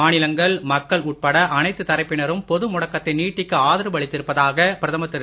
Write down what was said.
மாநிலங்கள் மக்கள் உட்பட அனைத்துத் தரப்பினரும் பொது முடக்கத்தை நீட்டிக்க ஆதரவு அளித்திருப்பதாக பிரதமர் திரு